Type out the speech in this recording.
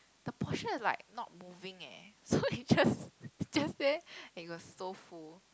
the portion is like not moving eh so it's just just there and it was so full